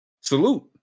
salute